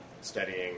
studying